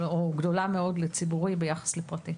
או גדולה מאוד לציבורי ביחס לפרטי.